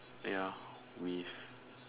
ya with